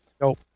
Nope